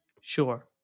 Sure